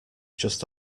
just